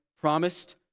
promised